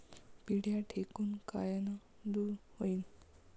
पिढ्या ढेकूण कायनं दूर होईन?